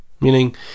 Meaning